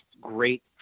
great